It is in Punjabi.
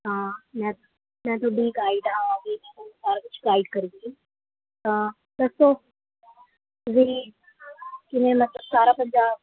ਹਾਂ ਮੈਂ ਮੈਂ ਤੁਹਾਡੀ ਗਾਈਡ ਹੋਊਂਗੀ ਤੁਹਾਨੂੰ ਸਾਰਾ ਕੁਛ ਗਾਈਡ ਕਰੂੰਗੀ ਹਾਂ ਦੱਸੋ ਬਈ ਕਿਵੇਂ ਲੱਗਿਆ ਸਾਰਾ ਪੰਜਾਬ